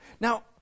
Now